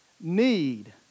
need